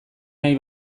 nahi